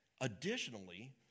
Additionally